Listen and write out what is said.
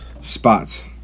spots